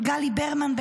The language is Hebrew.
גלי ברמן,